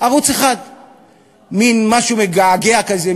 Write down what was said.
ערוץ 1. מין משהו מגעגע כזה,